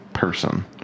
person